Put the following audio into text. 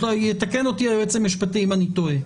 יתקן אותי היועץ המשפטי אם אני טועה.